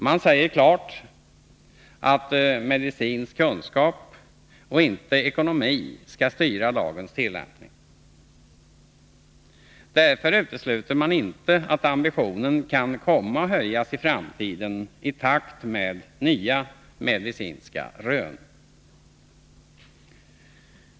Man säger klart att medicinsk kunskap och inte ekonomi skall styra lagens tillämpning. Därför utesluter man inte att ambitionen kan komma att höjas i framtiden i takt med nya medicinska rön.